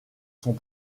sont